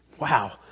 Wow